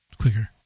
quicker